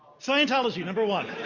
scientology, number one.